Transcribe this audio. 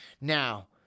Now